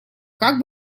как